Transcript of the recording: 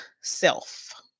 self